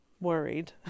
worried